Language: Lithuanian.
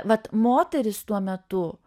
vat moteris tuo metu